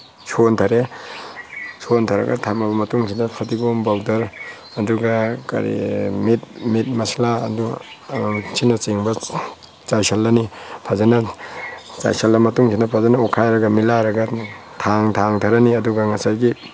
ꯁꯣꯟꯊꯔꯦ ꯁꯣꯟꯊꯔꯒ ꯊꯝꯃꯕ ꯃꯇꯨꯡꯁꯤꯗ ꯐꯗꯤꯒꯣꯝ ꯄꯥꯎꯗꯔ ꯑꯗꯨꯒ ꯀꯔꯤ ꯃꯤꯠ ꯃꯤꯠ ꯃꯁꯥꯂꯥ ꯑꯗꯨꯒ ꯑꯁꯤꯅ ꯆꯤꯡꯕ ꯆꯥꯏꯁꯤꯟꯂꯅꯤ ꯐꯖꯅ ꯆꯥꯏꯁꯤꯟꯂꯕ ꯃꯇꯨꯡꯁꯤꯗ ꯐꯖꯅ ꯑꯣꯠꯈꯥꯏꯔꯒ ꯃꯤꯂꯥꯏꯔꯒ ꯈꯥꯡ ꯊꯥꯡꯊꯔꯅꯤ ꯑꯗꯨꯒ ꯉꯁꯥꯏꯒꯤ